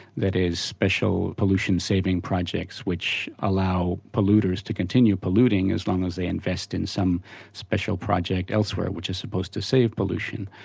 that is special pollution saving projects which allow polluters to continue polluting as long as they invest in some special project elsewhere, which is supposed to save pollution.